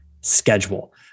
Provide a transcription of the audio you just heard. schedule